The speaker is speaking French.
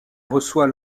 reçoit